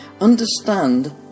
Understand